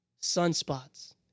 Sunspots